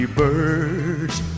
birds